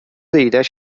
ایدهاش